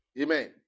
Amen